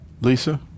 Lisa